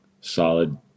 solid